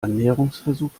annäherungsversuch